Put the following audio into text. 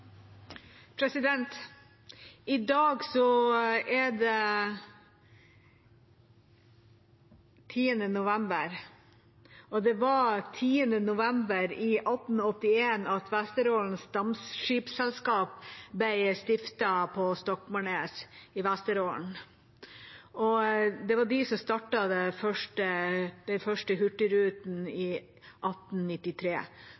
det den 10. november. Det var den 10. november 1881 at Vesteraalens Dampskibsselskab ble stiftet på Stokmarknes i Vesterålen. Det var de som startet den første hurtigruten i